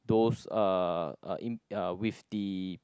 those uh in uh with the